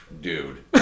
Dude